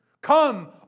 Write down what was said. Come